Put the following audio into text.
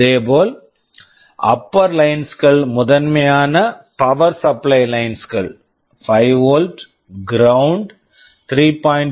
இதேபோல் upper lines upper lines கள் முதன்மையான power supply lines power supply lines கள் 5 வோல்ட் volt கிரவுண்ட் ground 3